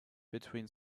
between